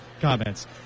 comments